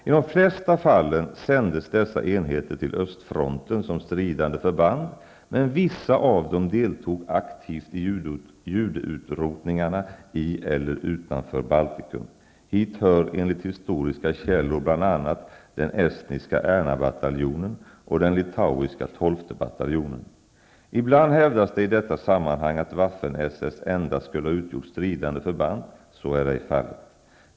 I de flesta fallen sändes dessa enheter till östfronten som stridande förband, men vissa av dem deltog aktivt i judeutrotningarna i eller utanför Baltikum. Hit hör enligt historiska källor bl.a. den estniska Erna-bataljonen och den litauiska 12:e bataljonen. Ibland hävdas i detta sammanhang att Waffen-SS endast skulle ha utgjort stridande förband. Så är ej fallet.